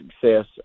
success